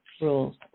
rules